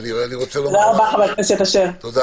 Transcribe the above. שיהיה